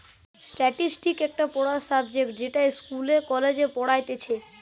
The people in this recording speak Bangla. স্ট্যাটিসটিক্স একটা পড়ার সাবজেক্ট যেটা ইস্কুলে, কলেজে পড়াইতিছে